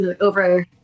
over